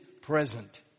present